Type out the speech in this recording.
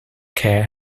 care